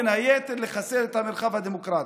ובין היתר לחסל את המרחב הדמוקרטי.